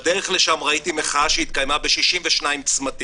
בדרך לשם ראיתי מחאה שהתקיימה ב-62 צמתים,